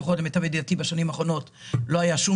לפחות למיטב ידיעתי בשנים האחרונות לא היה שום